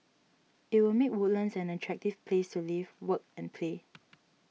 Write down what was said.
it will make Woodlands an attractive place to live work and play